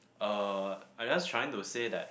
uh I just trying to say that